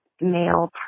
male